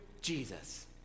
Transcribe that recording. Jesus